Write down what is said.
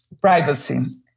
privacy